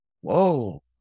Whoa